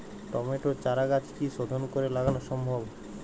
টমেটোর চারাগাছ কি শোধন করে লাগানো সম্ভব?